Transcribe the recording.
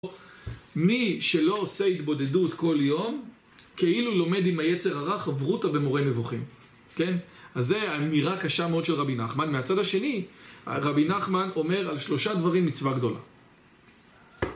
מי שלא עושה התבודדות כל יום, כאילו לומד עם היצר הרע חברות אבל מורה נבוכים. כן? אז זו אמירה קשה מאוד של רבי נחמן. מהצד השני, רבי נחמן אומר על שלושה דברים מצווה גדולה.